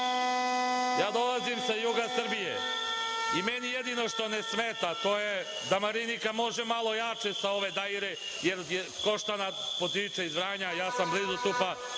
opozicije. Dolazim sa juga Srbije i meni jedino što ne smeta, to je da Marinika može malo jače sa ove daire, jer Koštana potiče iz Vranja, ja sam blizu tu, pa